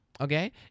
okay